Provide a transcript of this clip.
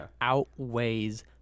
outweighs